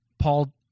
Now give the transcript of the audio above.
Paul